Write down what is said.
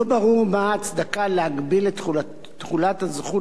לא ברור מה ההצדקה להגביל את תחולת הזכות